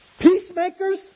Peacemakers